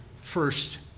first